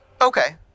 Okay